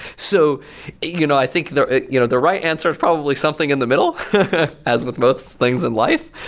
so you know i think the you know the right answer is probably something in the middle as with most things in life.